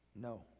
No